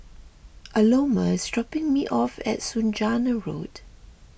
Aloma is dropping me off at Saujana Road